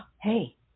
hey